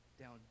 down